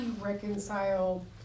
reconcile